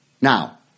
Now